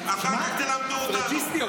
אחר כך תלמדו אותנו.